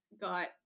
got